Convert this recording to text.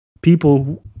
people